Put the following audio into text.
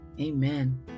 Amen